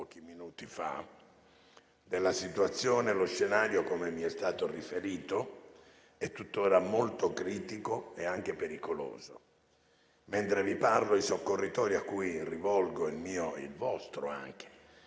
minuti fa, della situazione. Lo scenario, come mi è stato riferito, è tuttora molto critico e anche pericoloso. Mentre vi parlo, i soccorritori - a cui rivolgo il mio e il vostro sincero